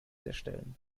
erstellen